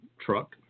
truck